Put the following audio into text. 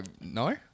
No